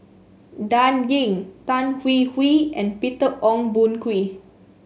Dan Ying Tan Hwee Hwee and Peter Ong Boon Kwee